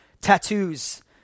tattoos